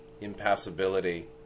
impassibility